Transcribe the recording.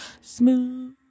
Smooth